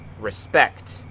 respect